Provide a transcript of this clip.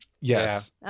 Yes